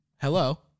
Hello